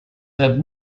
have